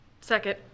Second